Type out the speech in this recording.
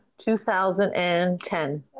2010